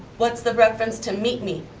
what's the reference to meet me?